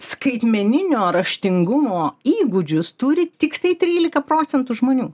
skaitmeninio raštingumo įgūdžius turi tiktai trylika procentų žmonių